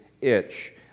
itch